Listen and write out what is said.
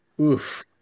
oof